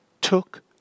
took